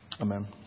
Amen